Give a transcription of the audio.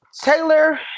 Taylor